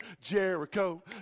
Jericho